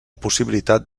possibilitat